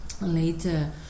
later